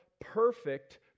perfect